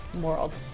world